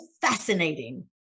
fascinating